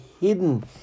hidden